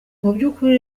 mubyukuri